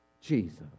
Jesus